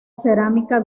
cerámica